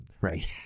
right